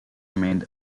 remained